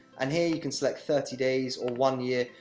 and here you can select thirty days, or one year,